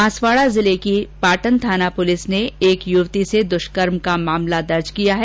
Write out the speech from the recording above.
बांसवाड़ा जिले की पाटन थाना पुलिस ने एक युवती से दृष्कर्म का मामला दर्ज किया है